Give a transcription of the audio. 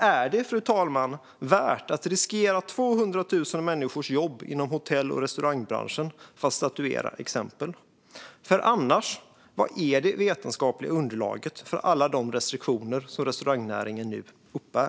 Är det, fru talman, värt att riskera 200 000 människors jobb inom hotell och restaurangbranschen för att statuera exempel? Om inte, vilket är då det vetenskapliga underlaget för alla de restriktioner som restaurangnäringen nu uppbär?